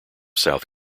south